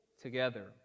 together